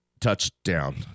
touchdown